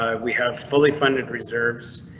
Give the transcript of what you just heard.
ah we have fully funded reserves.